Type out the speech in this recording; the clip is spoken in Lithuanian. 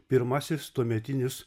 pirmasis tuometinis